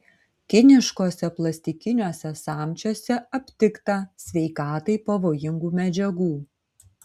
kiniškuose plastikiniuose samčiuose aptikta sveikatai pavojingų medžiagų